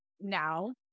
now